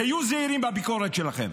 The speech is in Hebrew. היו זהירים בביקורת שלכם.